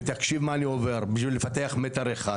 ותקשיב מה אני עובד בשביל לפתח מטר אחד,